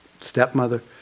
stepmother